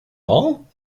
all